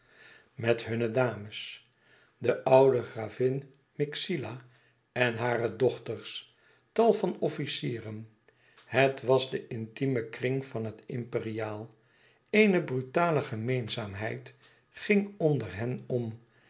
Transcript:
met hunne dames de oude gravin myxila en hare dochters tal van officieren het was de intime kring van het imperiaal eene brutale gemeenzaamheid ging onder hen om